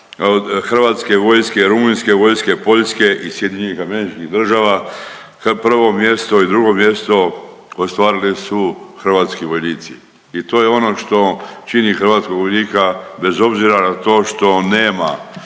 hrvatske vojske, rumunjske vojske, poljske i SAD-a, kao 1. mjesto i 2. mjesto ostvarili su hrvatski vojnici. I to je ono što čini hrvatskog vojnika, bez obzira na to što nema